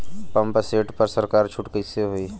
Pump set पर सरकार छूट कईसे होई?